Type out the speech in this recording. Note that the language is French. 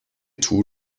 tout